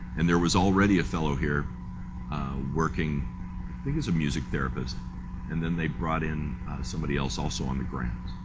and there was already a fellow here working. i think he's a music therapist and then they brought in somebody else also on the grant.